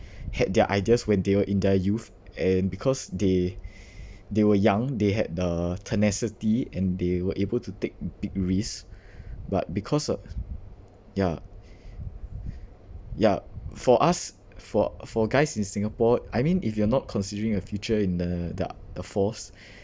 had their ideas when they were in their youth and because they they were young they had the tenacity and they were able to take big risk but because of ya ya for us for for guys in singapore I mean if you're not considering a future in the the the force